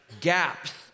gaps